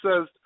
says